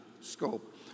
scope